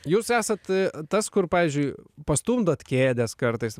jūs esat tas kur pavyzdžiui pastumdot kėdes kartais